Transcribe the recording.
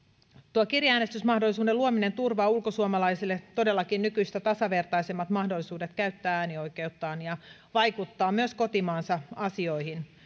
tuo kirjeäänestysmahdollisuuden luominen turvaa ulkosuomalaisille todellakin nykyistä tasavertaisemmat mahdollisuudet käyttää äänioikeuttaan ja vaikuttaa myös kotimaansa asioihin